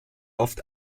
oft